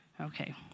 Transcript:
okay